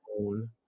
own